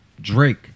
Drake